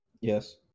Yes